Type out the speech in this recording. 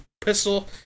pistol